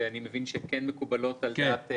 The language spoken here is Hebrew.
שאני מבין שמקובלות על הוועדה,